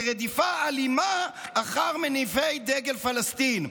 ברדיפה אלימה אחר מניפי דגל פלסטין.